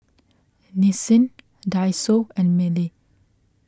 Nissin Daiso and Mili